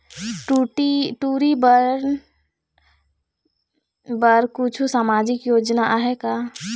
टूरी बन बर कछु सामाजिक योजना आहे का?